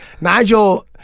Nigel